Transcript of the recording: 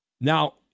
Now